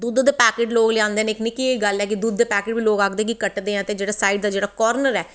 दुध्द दे पाकेट लोग लेआंदे न इक निक्की जेही गल्ल ऐ दुध्द दे पैक्टे बी लोग आखदे कि कटदे ऐं ते साइड़ दा जेह्ड़ा कार्नर ऐ